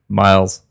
miles